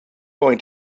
going